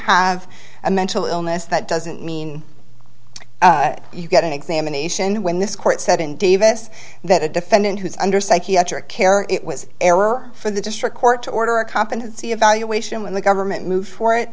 have a mental illness that doesn't mean you get an examination when this court said in davis that a defendant who's under psychiatric care it was error for the district court to order a competency evaluation when the government moved for it